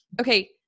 okay